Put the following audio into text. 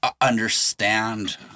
understand